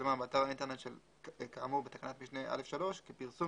שפורסמה באתר האינטרנט כאמור בתקנת משנה (א)(3) כפרסום